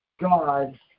God